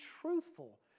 truthful